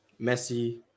Messi